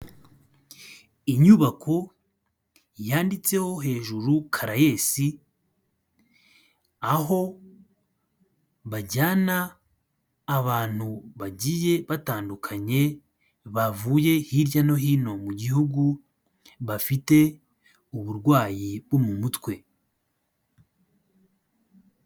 Inyubako yanditseho hejuru Karayesi, aho bajyana abantu bagiye batandukanye bavuye hirya no hino mu gihugu, bafite uburwayi bwo mu mutwe.